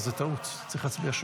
אני קובע כי הצעת ועדת הכנסת